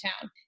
town